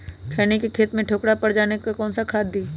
खैनी के खेत में ठोकरा पर जाने पर कौन सा खाद दी?